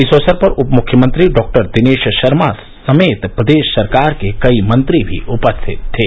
इस अवसर पर उप मुख्यमंत्री डॉक्टर दिनेश शर्मा समेत प्रदेश सरकार के कई मंत्री भी उपस्थित थे